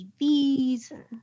TVs